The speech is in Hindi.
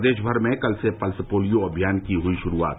प्रदेश भर में कल से पल्स पोलियो अभियान की हई शुरूआत